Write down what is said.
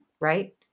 Right